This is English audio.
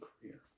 career